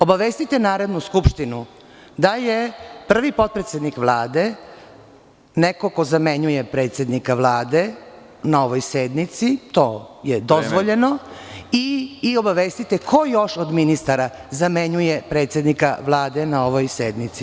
Obavestite Narodnu skupštinu da je prvi potpredsednik Vlade neko ko zamenjuje predsednika Vlade na ovoj sednici, to je dozvoljeno i obavestite ko još od ministara zamenjuje predsednika Vlade na ovoj sednici.